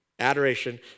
Adoration